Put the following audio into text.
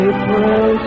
April